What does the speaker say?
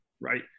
right